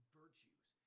virtues